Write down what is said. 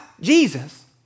Jesus